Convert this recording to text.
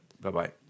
bye-bye